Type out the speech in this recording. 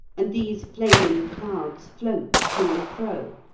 and these flaming clouds float to and fro,